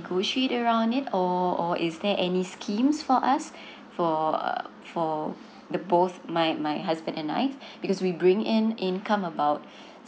negotiate around it or or is there any schemes for us for err for the both my my husband and I because we bring in income about